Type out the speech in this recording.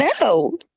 No